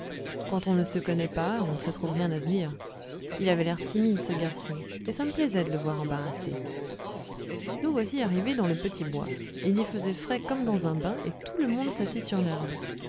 quand on ne se connaît pas on ne trouve rien à se dire il avait l'air timide ce garçon et ça me plaisait de le voir embarrassé nous voici arrivés dans le petit bois il y faisait frais comme dans un bain et tout le monde s'assit sur l'herbe